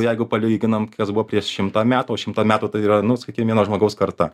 jeigu palyginant kas buvo prieš šimtą metų o šimtą metų tai yra nu sakykim vieno žmogaus karta